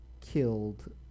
killed